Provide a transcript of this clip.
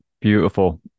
beautiful